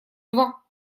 два